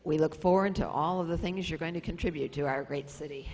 we look forward to all of the things you're going to contribute to our great city